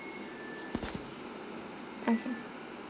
okay